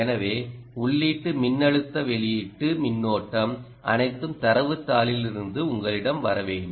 எனவே உள்ளீட்டு மின்னழுத்த வெளியீட்டு மின்னோட்டம் அனைத்தும் தரவுத் தாளில் இருந்து உங்களிடம் வர வேண்டும்